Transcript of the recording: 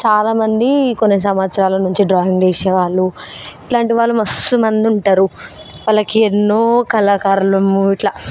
చాలా మంది కొన్ని సంవత్సరాల నుంచి డ్రాయింగ్ వేసేవాళ్లు ఇట్లాంటి వాళ్ళు మస్తు మంది ఉంటారు వాళ్ళకి ఎన్నో కళాకారులు ఇట్ల